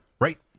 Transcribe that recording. Right